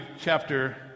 chapter